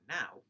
now